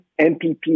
MPP